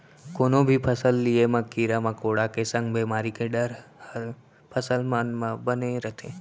कोनो भी फसल लिये म कीरा मकोड़ा के संग बेमारी के डर हर फसल मन म बने रथे